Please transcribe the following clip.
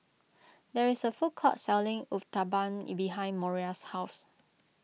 there is a food court selling Uthapam behind Moriah's house